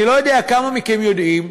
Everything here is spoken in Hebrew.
אני לא יודע כמה מכם יודעים,